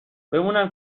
بمونم